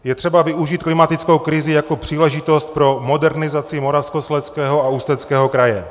Je třeba využít klimatickou krizi jako příležitost pro modernizaci Moravskoslezského a Ústeckého kraje.